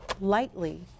lightly